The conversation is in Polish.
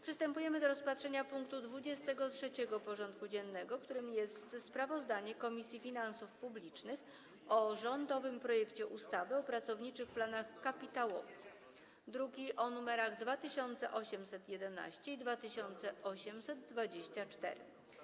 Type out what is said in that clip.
Przystępujemy do rozpatrzenia punktu 23. porządku dziennego: Sprawozdanie Komisji Finansów Publicznych o rządowym projekcie ustawy o pracowniczych planach kapitałowych (druki nr 2811 i 2824)